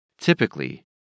Typically